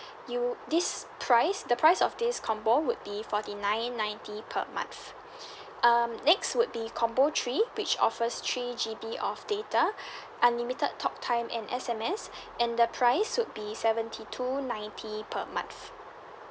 you this price the price of this combo would be forty nine ninety per month um next would be combo three which offers three G_B of data unlimited talk time and S_M_S and the price would be seventy two ninety per month